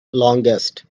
longest